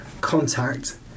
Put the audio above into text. contact